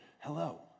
Hello